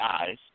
eyes